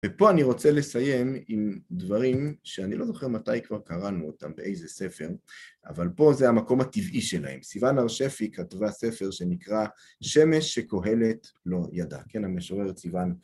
ופה אני רוצה לסיים עם דברים שאני לא זוכר מתי כבר קראנו אותם, באיזה ספר, אבל פה זה המקום הטבעי שלהם. סיוון הר שפי כתבה ספר שנקרא שמש שקוהלת לא ידע. כן, המשוררת סיוון...